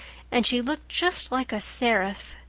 and she looked just like a seraph.